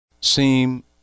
seem